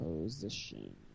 position